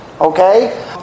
Okay